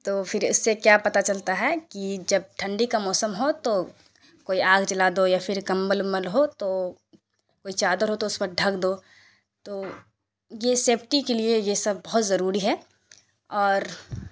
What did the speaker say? تو پھر اس سے کیا پتہ چلتا ہے کہ جب ٹھنڈی کا موسم ہو تو کوئی آگ جلا دو یا پھر کمبل امبل ہو تو کوئی چادر ہو تو اس پر ڈھک دو تو یہ سیفٹی کے لیے یہ سب بہت ضروری ہے اور